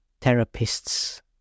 therapists